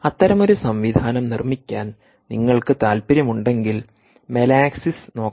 അത്തരമൊരു സംവിധാനം നിർമ്മിക്കാൻ നിങ്ങൾക്ക് താൽപ്പര്യമുണ്ടെങ്കിൽ മെലാക്സിസ് നോക്കാം